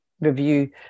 review